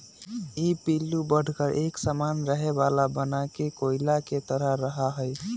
ई पिल्लू बढ़कर एक सामान रखे वाला बनाके कोया के तरह रहा हई